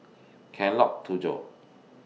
Tujoh